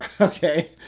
Okay